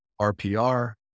RPR